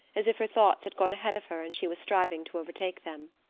as if her thoughts had gone ahead of her and she was striving to overtake them.